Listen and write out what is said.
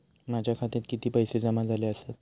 माझ्या खात्यात किती पैसे जमा झाले आसत?